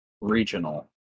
Regional